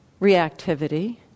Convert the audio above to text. reactivity